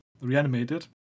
reanimated